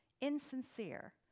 insincere